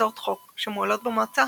הצעות חוק שמועלות במועצה